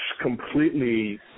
completely